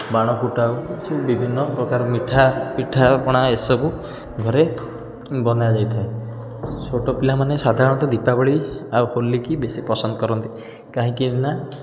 ବାଣ ଫୁଟାଉ ବିଭିନ୍ନପ୍ରକାର ମିଠା ପିଠା ଆଉ ପଣା ଏସବୁ ଘରେ ବନାଯାଇଥାଏ ଛୋଟପିଲାମାନେ ସାଧାରଣତଃ ଦୀପାବଳି ଆଉ ହୋଲିକି ବେଶୀ ପସନ୍ଦ କରନ୍ତି କାହିଁକିନା